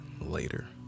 later